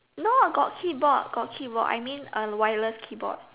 no ah got keyboard got keyboard I mean a wireless keyboard